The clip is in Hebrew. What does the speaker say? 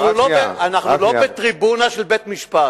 אנחנו לא בטריבונה של בית-משפט.